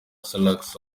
salax